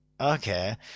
okay